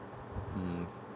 hmm